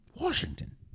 Washington